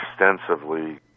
extensively